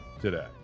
today